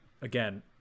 Again